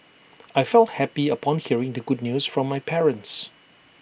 I felt happy upon hearing the good news from my parents